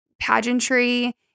pageantry